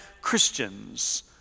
Christians